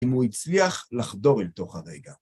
אם הוא הצליח לחדור אל תוך הרגע.